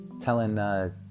telling